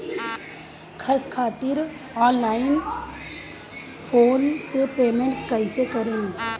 Gas खातिर online phone से payment कैसे करेम?